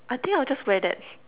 I think I will just wear that